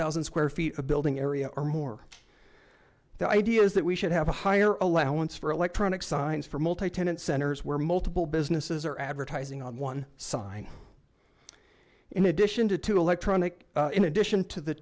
thousand square feet a building area or more the idea is that we should have a higher allowance for electronic signs for multi tenant centers where multiple businesses are advertising on one sign in addition to two electronic in addition to the